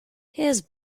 his